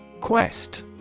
Quest